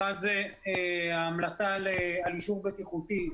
האחד, ההמלצה על אישור בטיחותי.